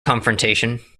confrontation